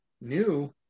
new